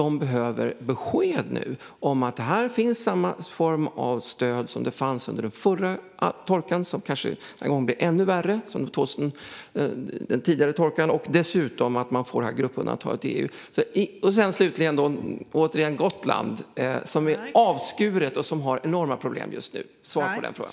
De behöver nu besked om att det finns samma form av stöd som det fanns under den förra torkan - den här gången kanske den blir ännu värre - och att de dessutom kan få det här gruppundantaget i EU. Slutligen gällde det Gotland, som är avskuret och har enorma problem just nu. Svara på den frågan!